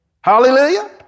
Hallelujah